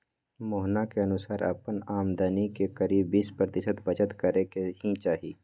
मोहना के अनुसार अपन आमदनी के करीब बीस प्रतिशत बचत करे के ही चाहि